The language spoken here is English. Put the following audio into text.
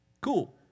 Cool